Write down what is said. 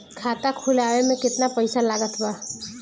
खाता खुलावे म केतना पईसा लागत बा?